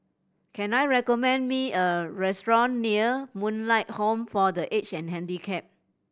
can I recommend me a restaurant near Moonlight Home for The Aged and Handicapped